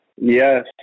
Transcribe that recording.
Yes